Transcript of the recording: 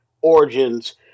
origins